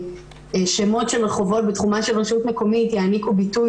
ששמות של רחובות בתחומה של רשות מקומית יעניקו ביטוי